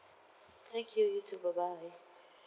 thank you you too bye bye